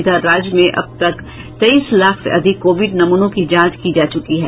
इधर राज्य में अब तक तेईस लाख से अधिक कोविड नमूनों की जांच की जा चुकी है